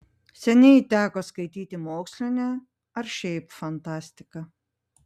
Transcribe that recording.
seniai teko skaityti mokslinę ar šiaip fantastiką